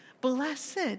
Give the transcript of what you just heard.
blessed